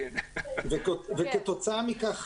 וכתוצאה מכך,